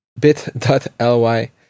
bit.ly